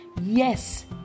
yes